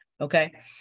Okay